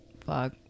fuck